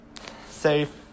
Safe